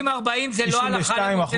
62%,